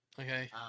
okay